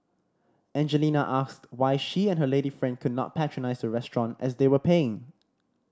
Angelina asked why she and her lady friend could not patronise the restaurant as they were paying